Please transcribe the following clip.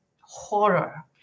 horror